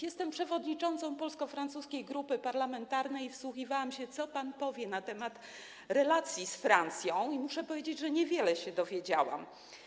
Jestem przewodniczącą Polsko-Francuskiej Grupy Parlamentarnej, wsłuchiwałam się, co pan powie na temat relacji z Francją, i muszę powiedzieć, że niewiele się dowiedziałam.